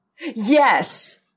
yes